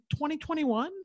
2021